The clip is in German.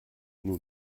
nun